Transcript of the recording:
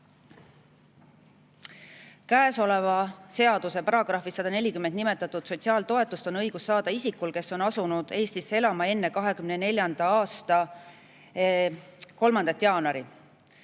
"Käesoleva seaduse §‑s 140 nimetatud sotsiaaltoetust on õigus saada isikul, kes on asunud Eestisse elama enne 2024. aasta [2]. jaanuari."